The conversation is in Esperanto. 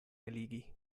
eligi